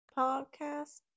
podcast